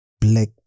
black